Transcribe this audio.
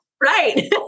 Right